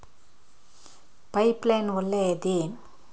Pipe line ಒಳ್ಳೆಯದೇ?